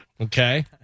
Okay